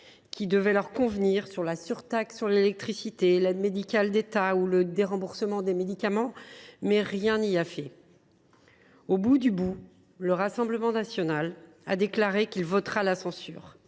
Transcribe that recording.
– je pense notamment à la surtaxe sur l’électricité, à l’aide médicale de l’État ou au déremboursement des médicaments. Mais rien n’y a fait ! Au bout du bout, le Rassemblement national a déclaré qu’il votera la censure.